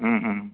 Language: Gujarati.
હ હ